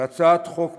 בהצעת חוק פרטית,